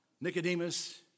Nicodemus